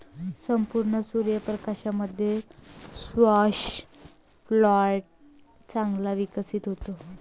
संपूर्ण सूर्य प्रकाशामध्ये स्क्वॅश प्लांट चांगला विकसित होतो